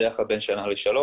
בדרך כלל בין שנה לשלוש.